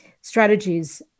strategies